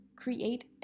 create